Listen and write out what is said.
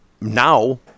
now